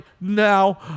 now